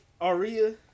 Aria